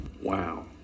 Wow